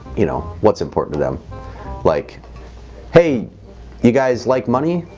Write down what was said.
you know what's important to them like hey you guys like money?